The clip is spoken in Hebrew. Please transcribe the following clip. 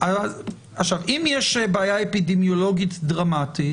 אם יש בעיה אפידמיולוגית דרמטית,